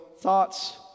Thoughts